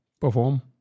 perform